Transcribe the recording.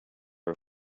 are